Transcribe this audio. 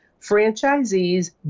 Franchisees